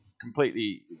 completely